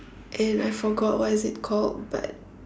and I forgot what is it called but